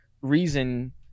reason